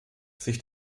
sich